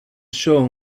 show